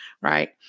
Right